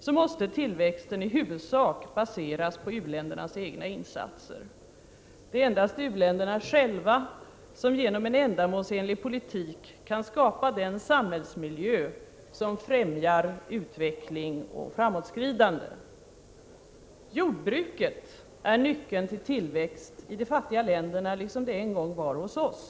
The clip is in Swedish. så måste tillväxten i huvudsak baseras på u-ländernas egna insatser. Det är endast u-länderna själva som genom en ändamålsenlig politik kan skapa den samhällsmiljö som främjar utveckling och framåtskridande. Jordbruket är nyckeln till tillväxt i de fattiga länderna, liksom det en gång var hos oss.